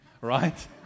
right